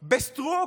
בסטרוק.